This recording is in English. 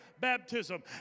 baptism